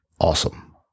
Awesome